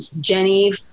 Jenny